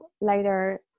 later